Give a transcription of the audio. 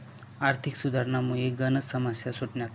आर्थिक सुधारसनामुये गनच समस्या सुटण्यात